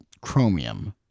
chromium